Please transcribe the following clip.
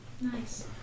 Nice